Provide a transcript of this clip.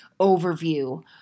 overview